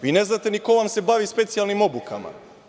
Vi ne znate ni ko vam se bavi specijalnim obukama.